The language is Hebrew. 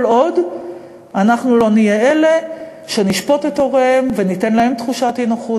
כל עוד אנחנו לא נהיה אלה שנשפוט את הוריהם וניתן להם תחושת אי-נוחות,